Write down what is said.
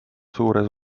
suures